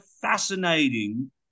fascinating